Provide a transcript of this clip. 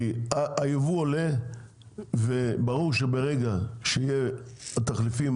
כי היבוא עולה וברור שברגע שיהיה תחליפים